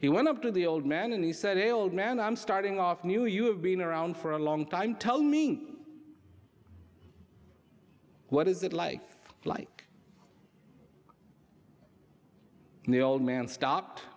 he went up to the old man and he said hey old man i'm starting off new you have been around for a long time tell me what is it like like the old man s